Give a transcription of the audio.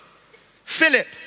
Philip